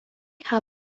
ha